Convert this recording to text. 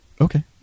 Okay